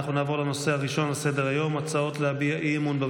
אנחנו נעבור לנושא הראשון בסדר-היום: הצעות להביע אי-אמון בממשלה.